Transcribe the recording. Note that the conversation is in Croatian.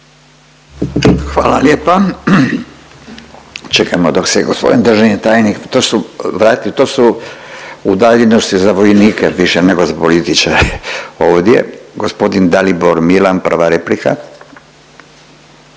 Hvala lijepa. Čekajmo dok se gospodin državni tajnik, to su, vrati, to su udaljenosti za vojnike više nego za političare ovdje. Gospodin Dalibor Milan, prva replika.